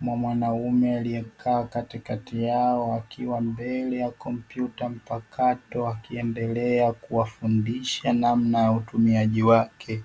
mwa mwanaume aliyekaa katikati yao akiwa mbele ya kompyuta mpakato akiendelea kuwafundisha namna ya utumiaji wake.